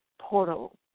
portal